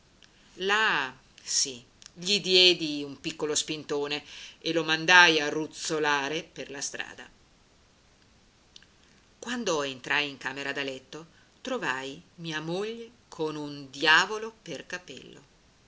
là sì gli diedi un piccolo spintone e lo mandai a ruzzolare per la strada quando entrai in camera da letto trovai mia moglie con un diavolo per capello